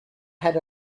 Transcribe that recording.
had